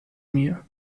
mir